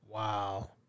Wow